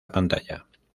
pantalla